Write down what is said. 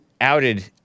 outed